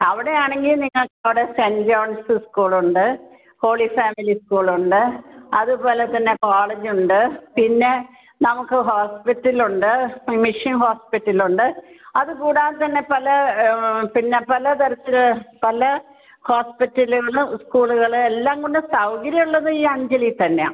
അവിടെ ആണെങ്കിൽ നിങ്ങൾക്ക് അവിടെ സെൻ്റ് ജോൺസ് സ്കൂളുണ്ട് ഹോളി ഫാമിലി സ്കൂളുണ്ട് അതുപോലെ തന്നെ കോളേജ് ഉണ്ട് പിന്നെ നമുക്ക് ഹോസ്പിറ്റൽ ഉണ്ട് മിഷൻ ഹോസ്പിറ്റൽ ഉണ്ട് അത് കൂടാതെ തന്നെ പല പിന്നെ പല തരത്തില് പല ഹോസ്പിറ്റലുകൾ സ്കൂളുകൾ എല്ലാം കൊണ്ടും സൗകര്യുള്ളത് ഈ അഞ്ചലിൽ തന്നെയാണ്